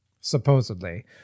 supposedly